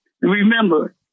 remember